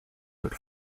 put